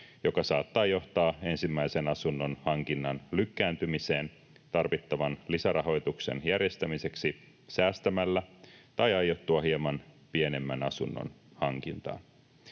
joka saattaa johtaa ensimmäisen asunnon hankinnan lykkääntymiseen tarvittavan lisärahoituksen järjestämiseksi säästämällä tai aiottua hieman pienemmän asunnon hankintaan.”